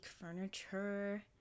furniture